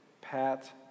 Pat